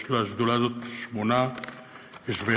יש לשדולה הזו שמונה יושבי-ראש.